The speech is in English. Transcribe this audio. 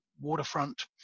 waterfront